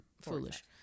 foolish